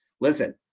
listen